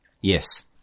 yes